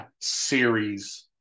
series